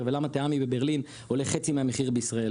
ולמה טעמי בברלין עולה חצי מהמחיר בישראל.